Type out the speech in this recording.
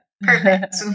Perfect